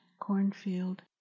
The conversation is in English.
cornfield